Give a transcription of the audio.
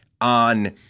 on